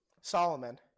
Solomon